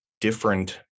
different